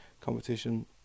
competition